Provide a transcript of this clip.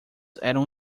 eram